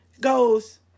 goes